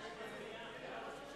ההצעה להעביר את